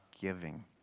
giving